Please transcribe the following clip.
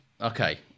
Okay